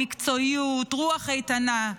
מקצועיות ורוח איתנה.